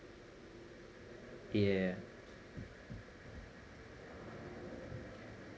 yeah